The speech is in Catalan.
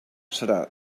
serà